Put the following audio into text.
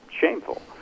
shameful